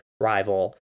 rival